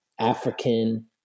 african